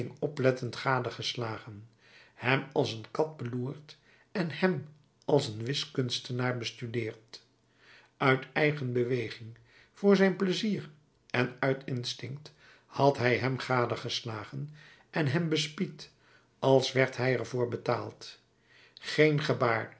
oplettend gadegeslagen hem als een kat beloerd en hem als een wiskunstenaar bestudeerd uit eigen beweging voor zijn pleizier en uit instinct had hij hem gadegeslagen en hem bespied als werd hij er voor betaald geen gebaar